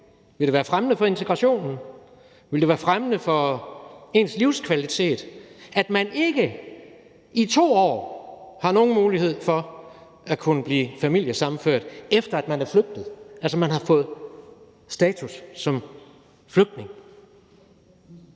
Ville det være fremmende for integrationen, og ville det være fremmende for ens livskvalitet, at man ikke i 2 år havde nogen mulighed for at kunne blive familiesammenført, efter at man var flygtet, altså hvor man har fået status som flygtning?